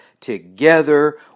together